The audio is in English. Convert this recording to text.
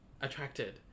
attracted